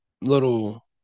little